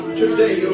today